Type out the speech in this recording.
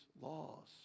laws